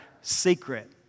secret